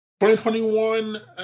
2021